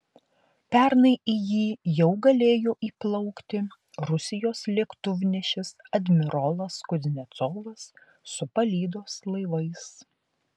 pernai į jį jau galėjo įplaukti rusijos lėktuvnešis admirolas kuznecovas su palydos laivais